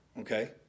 okay